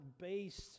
based